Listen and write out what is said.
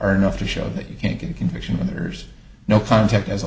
are enough to show that you can't get a conviction when there's no context as a